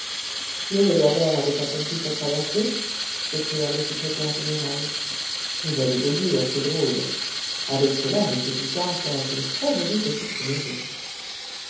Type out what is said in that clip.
le réverbère avait accompli sa traversée s'écria le secrétaire général vous avez beau dire c'est drôle avec cela m picard ferait une très jolie petite comédie